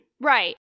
Right